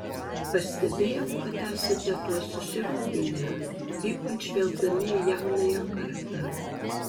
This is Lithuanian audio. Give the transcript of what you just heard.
pastebėjau kad esate tuo susirūpinę ypač žvelgdami į jaunąją kartą